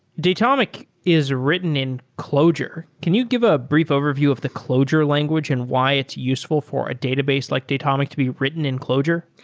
datomic is written in clojure. can you give a brief overview of the clojure language and why it's useful for a database like datomic to be written in clojure?